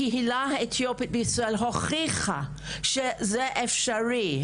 הקהילה האתיופית בישראל הוכיחה שזה אפשרי.